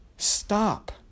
stop